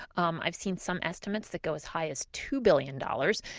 um i've seen some estimates that go as high as two billion dollars.